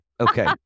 Okay